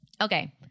Okay